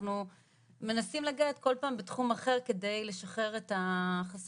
כל פעם מנסים לגעת בתחום אחר כדי לשחרר חסמים